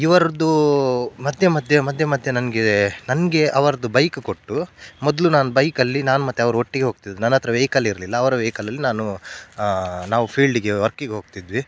ಇವರದ್ದು ಮಧ್ಯೆ ಮಧ್ಯೆ ಮಧ್ಯೆ ಮಧ್ಯೆ ನನಗೆ ನನಗೆ ಅವರದ್ದು ಬೈಕ್ ಕೊಟ್ಟು ಮೊದಲು ನಾನು ಬೈಕಲ್ಲಿ ನಾನು ಮತ್ತು ಅವ್ರು ಒಟ್ಟಿಗೆ ಹೋಗ್ತಿದ್ವಿ ನನ್ನ ಹತ್ತಿರ ವೆಹಿಕಲ್ ಇರಲಿಲ್ಲ ಅವರ ವೆಹಿಕಲಲ್ಲಿ ನಾನು ನಾವು ಫೀಲ್ಡಿಗೆ ವರ್ಕಿಗೆ ಹೋಗ್ತಿದ್ವಿ